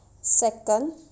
Second